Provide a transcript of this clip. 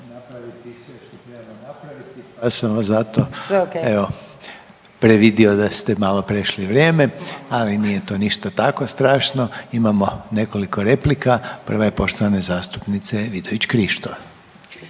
naknadno uključen/…ja sam vas zato evo previdio da ste malo prešli vrijeme, ali nije to ništa tako strašno. Imamo nekoliko replika, prva je poštovane zastupnice Vidović Krišto.